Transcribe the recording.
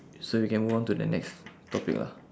so we can move on to the next topic lah